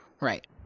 Right